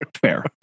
fair